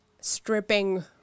stripping